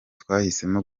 twahisemo